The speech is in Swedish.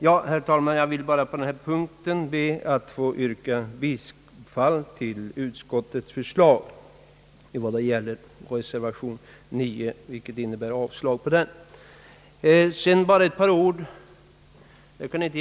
Jag vill, herr talman, på denna punkt be att få yrka bifall till utskottets förslag, vilket innebär ett avslagsyrkande i fråga om reservation nr 9.